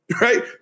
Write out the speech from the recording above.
right